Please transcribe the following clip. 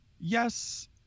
Yes